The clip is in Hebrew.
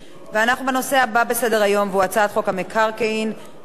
אנחנו בנושא הבא בסדר-היום: הצעת חוק המקרקעין (חיזוק